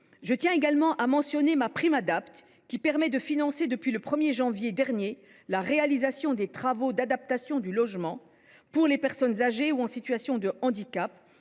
Je tiens également à mentionner le dispositif MaPrimeAdapt’, qui permet de financer, depuis le 1 janvier dernier, la réalisation des travaux d’adaptation du logement pour les personnes âgées ou en situation de handicap,